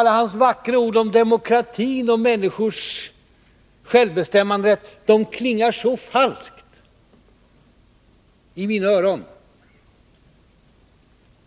Alla Gösta Bohmans vackra ord om demokratin och människors självbestämmanderätt klingar så falskt i mina öron,